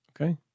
Okay